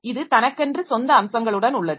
இது தனக்கென்று சொந்த அம்சங்களுடன் உள்ளது